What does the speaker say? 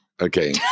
Okay